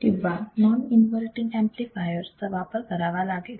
किंवा non inverting amplifier चा वापर करावा लागेल